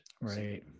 right